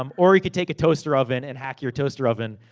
um or you could take a toaster oven, and hack your toaster oven,